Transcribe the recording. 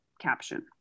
caption